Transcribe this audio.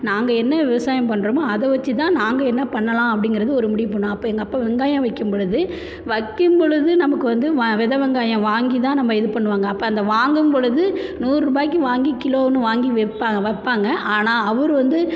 நாங்கள் என்ன விவசாயம் பண்ணுறோமோ அதை வச்சி தான் நாங்கள் என்ன பண்ணலாம் அப்படிங்கறது ஒரு முடிவு பண்ணுவோம் அப்போ எங்கள் அப்பா வெங்காயம் வைக்கும் பொழுது வைக்கும் பொழுது நமக்கு வந்து வ வித வெங்காயம் வாங்கி தான் நம்ம இது பண்ணுவாங்கள் அப்போ அந்த வாங்கும் பொழுது நூறுபாய்க்கு வாங்கி கிலோன்னு வாங்கி வைப்பாங்க வைப்பாங்க ஆனால் அவர் வந்து